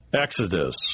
Exodus